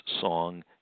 song